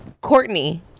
courtney